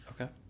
Okay